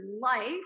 life